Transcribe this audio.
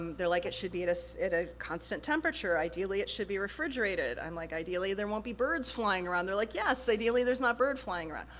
they're like, it should be at so a ah constant temperature, ideally it should be refrigerated. i'm like, ideally there won't be birds flying around, they're like, yes, ideally there's not bird flying around.